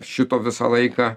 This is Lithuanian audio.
šito visą laiką